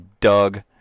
Doug